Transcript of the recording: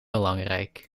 belangrijk